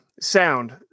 sound